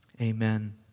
Amen